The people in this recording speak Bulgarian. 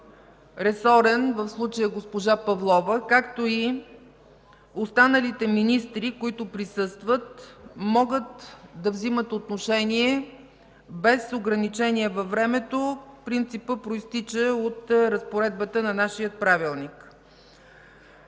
министър, в случая госпожа Павлова, както и останалите министри, които присъстват, могат да взимат отношение без ограничение във времето – принципът произтича от разпоредбата на нашия Правилник.